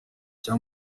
cya